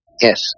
Yes